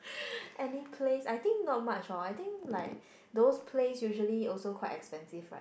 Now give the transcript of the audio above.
any plays I think not much hor I think like those plays usually also quite expensive right